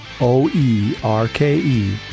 O-E-R-K-E